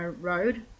Road